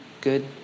Good